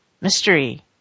Mystery